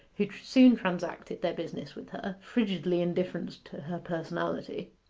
who soon transacted their business with her, frigidly indifferent to her personality.